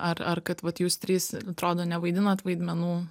ar ar kad vat jūs trys atrodo nevaidinat vaidmenų